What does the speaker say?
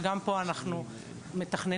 וגם פה אנחנו מתכננים,